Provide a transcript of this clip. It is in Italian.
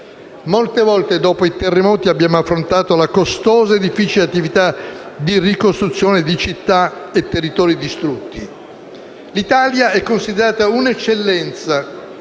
Molte volte, dopo i terremoti abbiamo affrontato la costosa e difficile attività di ricostruzione di città e territori distrutti. L'Italia è considerata un'eccellenza